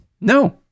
no